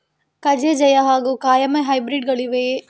ಕಜೆ ಜಯ ಹಾಗೂ ಕಾಯಮೆ ಹೈಬ್ರಿಡ್ ಗಳಿವೆಯೇ?